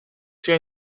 sia